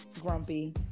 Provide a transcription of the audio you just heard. grumpy